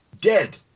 Dead